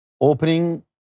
opening